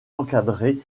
encadré